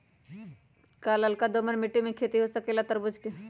का लालका दोमर मिट्टी में खेती हो सकेला तरबूज के?